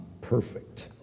perfect